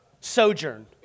Sojourn